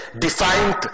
defined